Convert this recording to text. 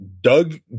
Doug